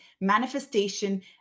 manifestation